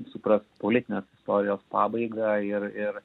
suprask politinės istorijos pabaigą ir ir